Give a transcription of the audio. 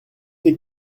des